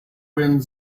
wind